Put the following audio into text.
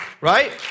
right